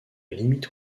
limite